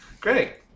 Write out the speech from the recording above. Great